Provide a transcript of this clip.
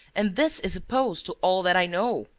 and this is opposed to all that i know,